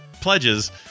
pledges